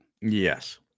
Yes